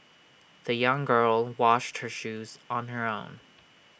the young girl washed her shoes on her own